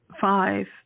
five